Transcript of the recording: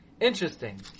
Interesting